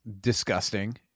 disgusting